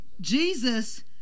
Jesus